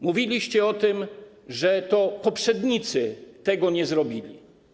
Mówiliście, że to poprzednicy tego nie zrobili.